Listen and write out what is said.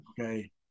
Okay